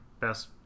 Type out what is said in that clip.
best